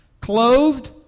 clothed